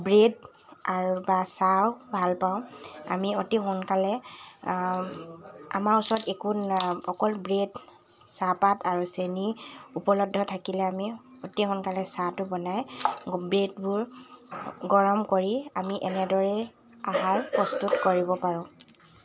bread আৰু বা চাহ ভাল পাওঁ আমি অতি সোনকালে আমাৰ ওচৰত একো অকল ব্ৰেড চাহপাত আৰু চেনি উপলব্ধ থাকিলে আমি এতি সোনকালে চাহটো বনাই ব্ৰেডবোৰ গৰম কৰি আমি এনেদৰে আহাৰ প্ৰস্তুত কৰিব পাৰোঁ